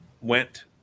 went